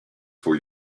for